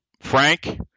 Frank